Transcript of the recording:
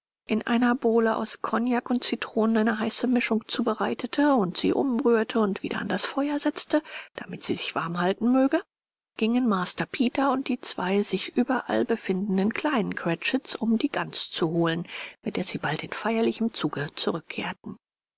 in einer bowle aus cognac und citronen eine heiße mischung zubereitete und sie umrührte und wieder an das feuer setzte damit sie sich warm halten möge gingen master peter und die zwei sich überall befindenden kleinen cratchits um die gans zu holen mit der sie bald in feierlichem zuge zurückkehrten